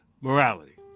Morality